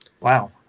Wow